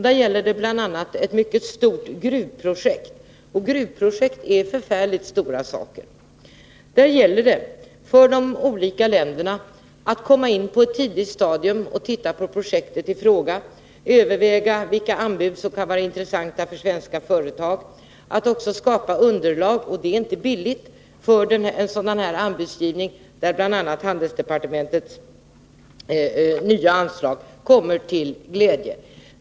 Där gäller det bl.a. ett mycket stort gruvprojekt —- sådana projekt är mycket stora. Det gäller för de olika länderna att komma in på ett tidigt stadium och titta på projektet i fråga, överväga vilka anbud som kan vara intressanta fört.ex. svenska företag samt skapa underlag — och det är inte billigt — för sådan anbudsgivning, där bl.a. handelsdepartementets nya anslag blir till glädje.